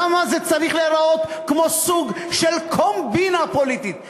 למה זה צריך להיראות כמו סוג של קומבינה פוליטית?